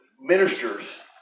ministers